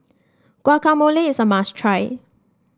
Guacamole is a must try